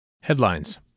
Headlines